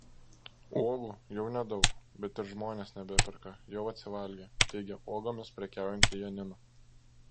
uogų jau nedaug bet ir žmonės nebeperka jau atsivalgė teigė uogomis prekiaujanti janina